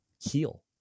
heal